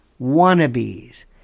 wannabes